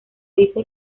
dice